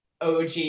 OG